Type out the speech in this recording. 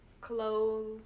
clothes